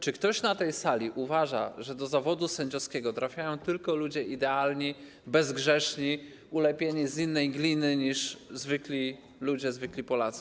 Czy ktoś na tej sali uważa, że do zawodu sędziowskiego trafiają tylko ludzie idealni, bezgrzeszni, ulepieni z innej gliny niż zwykli ludzie, zwykli Polacy?